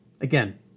Again